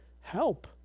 help